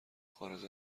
خارج